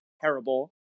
terrible